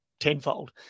Tenfold